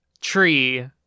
tree